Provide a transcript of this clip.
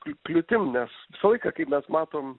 kl kliūtim nes visą laiką kai mes matom